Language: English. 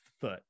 foot